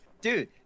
Dude